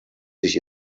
sich